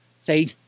say